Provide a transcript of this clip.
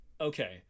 Okay